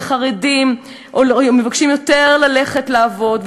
וחרדים מבקשים יותר ללכת לעבוד,